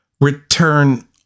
return